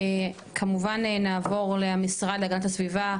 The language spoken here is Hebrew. כמובן נעבור למשרד להגנת הסביבה,